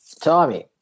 Tommy